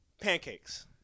Pancakes